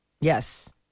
Yes